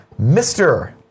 Mr